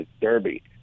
Derby